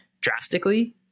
drastically